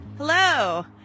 Hello